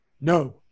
No